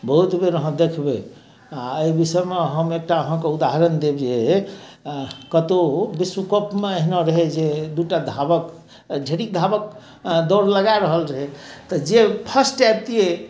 बहुत बेर अहाँ देखबै आ एहि विषयमे हम एकटा अहाँकेँ उदाहरण देब जे कतहुँ विश्व कपमे अहिना रहय जे दूटा धावक यदि धावक दौड़ लगा रहल रहै तऽ जे फर्स्ट एबतियै